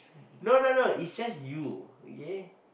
no no no it's just you okay